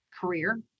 career